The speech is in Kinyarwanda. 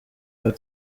york